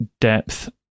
depth